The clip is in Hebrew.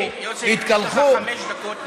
נחו, התקלחו, יוסי, יש לך חמש דקות.